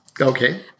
Okay